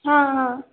हां